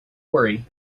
worry